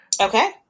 Okay